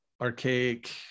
archaic